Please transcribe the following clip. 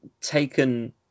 taken